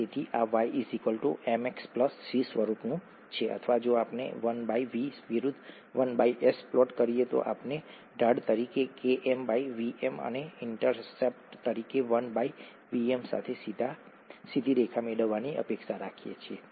તેથી આ y mx c સ્વરૂપનું છે અથવા જો આપણે 1 V વિરુદ્ધ 1S પ્લોટ કરીએ તો આપણે ઢાળ તરીકે KmVm અને ઇન્ટરસેપ્ટ તરીકે 1Vm સાથે સીધી રેખા મેળવવાની અપેક્ષા રાખીએ છીએ